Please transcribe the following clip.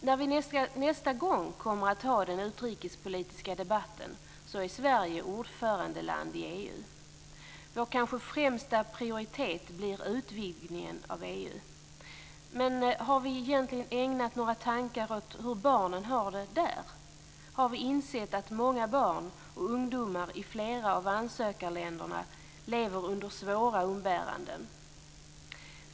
När vi nästa gång kommer att ha den utrikespolitiska debatten är Sverige ordförandeland i EU. Vår kanske främsta prioritet blir utvidgningen av EU. Men har vi egentligen ägnat några tankar åt hur barnen har det där? Har vi insett att många barn och ungdomar i flera av ansökarländerna lever under svåra umbäranden?